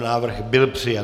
Návrh byl přijat.